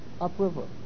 upriver